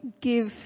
give